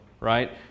Right